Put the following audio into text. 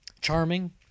charming